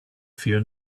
fear